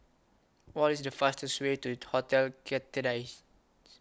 What IS The fastest Way to Hotel Citadines